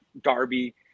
Darby